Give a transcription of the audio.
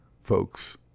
folks